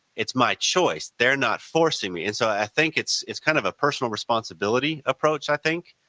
it's my choice. they are not forcing me. and so i think it's it's kind of a personal responsibility approach i think,